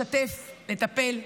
לשתף, לטפל.